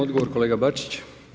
Odgovor kolega Bačić.